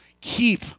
keep